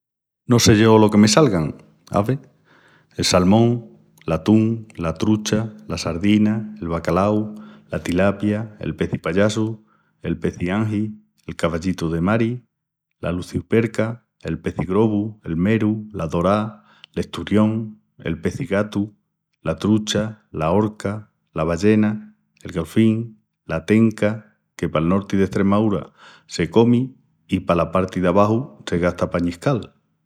No sé yo lo que me selgan: Ave,.. el salmón, l'atún, la trucha, la sardina, el bacalau, la tilapia, el peci payasu, el peci ángi, el cavallitu de mari, la luciuperca, el peci globu, el meru, la dorá, l'esturión, el peci gatu, la trucha, la orca, la ballena, el galfín, la tenca, que pal norti d'Estremaúra se comi i pala parti d'abaxu se gasta pa añiscal.